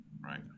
right